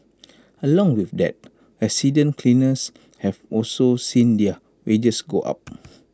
along with that resident cleaners have also seen their wages go up